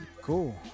Cool